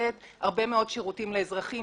לתת הרבה מאוד שירותים לאזרחים,